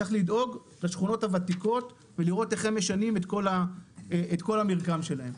צריך לדאוג לשכונות הוותיקות ולראות איך הן משנות את המרקם שלהן.